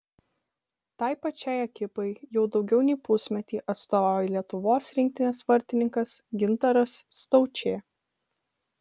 tai pačiai ekipai jau daugiau nei pusmetį atstovauja lietuvos rinktinės vartininkas gintaras staučė